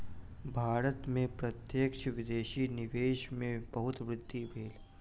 भारत में प्रत्यक्ष विदेशी निवेश में बहुत वृद्धि भेल